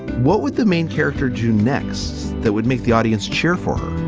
what would the main character do next that would make the audience cheer for?